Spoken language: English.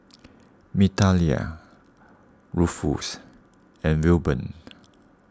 Migdalia Ruffus and Wilburn